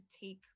take